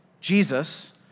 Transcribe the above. Jesus